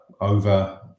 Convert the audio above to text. over